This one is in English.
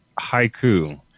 haiku